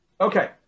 Okay